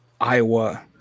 iowa